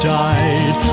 died